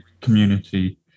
community